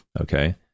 okay